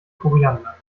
koriander